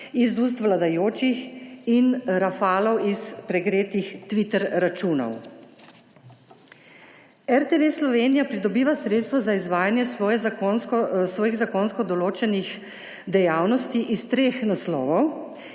iz ust vladajočih in rafalov iz pregretih Twitter računov. RTV Slovenija pridobiva sredstva za izvajanje svojih zakonsko določenih dejavnosti iz treh naslovov: